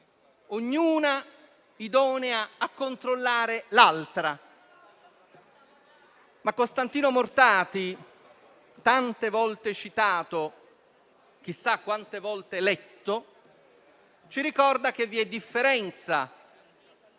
Camere idonea a controllare l'altra. Costantino Mortati, tante volte citato (chissà quante volte letto), ci ricorda che vi è differenza...